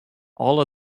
alle